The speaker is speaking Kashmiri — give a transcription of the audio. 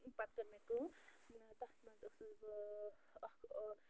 پتہٕ کٔر مےٚ کٲم تتھ منٛز ٲسٕس بہٕ اکھ